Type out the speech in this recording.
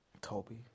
Toby